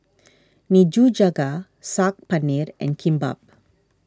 Nikujaga Saag Paneer and Kimbap